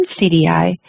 CDI